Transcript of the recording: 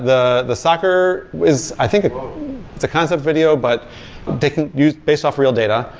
the the soccer is i think it's a concept video, but they can use based off real data,